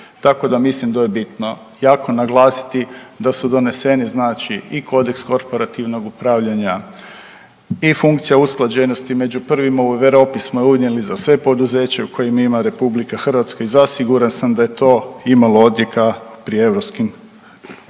tako da mislim da je bitno jako naglasiti da su doneseni znači i kodeks korporativnog upravljanja i funkcija usklađenosti među prvima u Europi smo unijeli za sve poduzeće u kojem ima Republika Hrvatska i zasiguran sam da je to imalo odjeka pri europskim